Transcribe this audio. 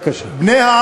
בבקשה.